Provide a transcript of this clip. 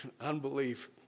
unbelief